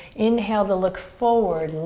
inhale to look forward,